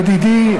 ידידי,